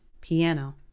Piano